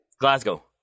Glasgow